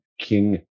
King